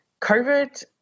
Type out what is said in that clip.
covid